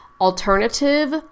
alternative